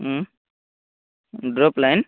ହୁଁ drop line